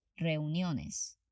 Reuniones